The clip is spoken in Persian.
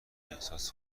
احساس